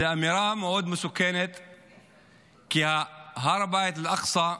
זו אמירה מסוכנת מאוד, כי הר הבית, אל-אקצא,